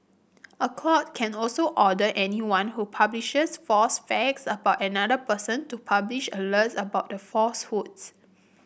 a court can also order anyone who publishes false facts about another person to publish alerts about the falsehoods